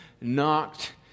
knocked